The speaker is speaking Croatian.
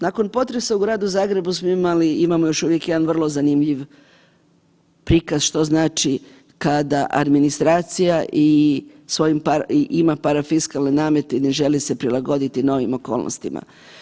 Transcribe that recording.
Nakon potresa u Gradu Zagrebu smo imali i imamo još uvijek jedan vrlo zanimljiv prikaz što znači kada administracija i ima parafiskalne namete i ne želi se prilagoditi novim okolnostima.